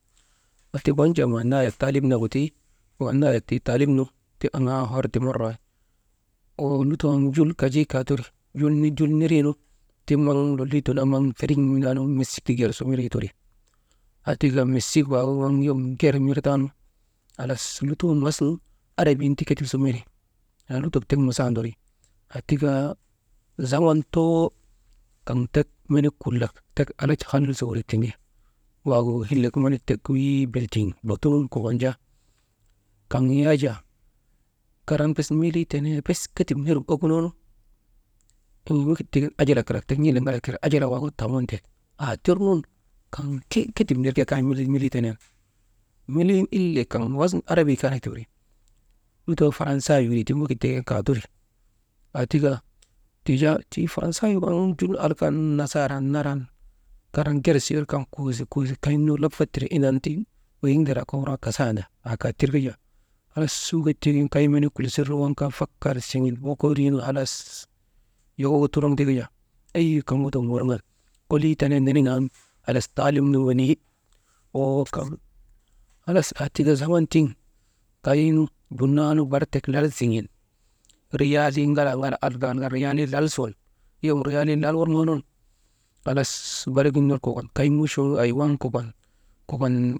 Atika waŋ jaa wujaa nahek taalim nagu ti, nayek tii talim nu aŋaa hor ti marrawahit ho lutoo waŋ jul kajii kaateri, menii jul nidrii nu tiŋ maŋ lolii tenee nu maŋ feriŋ mendaanu mesik ti gersu mendrii teri, aatika mesik waagu maŋ yom ger mir taanu, halas lutoo masnu arabin ti ketib su mendri, haa lutok tek masanderi, aa tika zaman too kaŋ tek menik kullak tek alhadj halil su wurik tindi, waagu hillek menik tek wii biltin botunuŋ kokon jaa kaŋ ya jaa karan bes milii tenee bes ketib nir okunoonu wekit tiigin ajalak kalak tek n̰iliŋalak tindri ajalak kalak waagu tamunte aa tir nun kaŋ ke ketip nir kay milii tenee nu milin ile kaŋ was arabii kaa nak ti wiri lutoo farnsaaya wirii tiŋ wegit tiigin kaateri, aa tika ti jaa tii faransaaye arkan nasaaran naran karan gersii wirka koosi, koosi, kaynu lafat tire indan ti, weyin daraa komborŋaka kasandaa, aa kaa tirka jaa, halas wegit tiigin kay menii kulisir nu kaa fakar siŋen wokorinu joko wutuloŋ tika jaa eyi kaŋ gu dum wurŋan kolii tenee neneŋan halas talim nun weneyi, woo kaŋ halas kaŋ aatika zaman tiŋ kaynu dumnanu barik tek lal siŋen riyalii ŋalaa, ŋalaa alka, alka lal sun yom riyalii lal worŋoo nun halas barik gin ner kokon kay muchoo hay waŋ kokon, kokon.